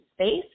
space